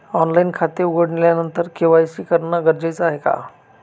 Online खाते उघडल्यानंतर KYC करणे गरजेचे आहे का?